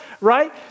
right